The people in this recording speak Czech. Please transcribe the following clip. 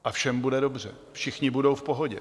A všem bude dobře, všichni budou v pohodě.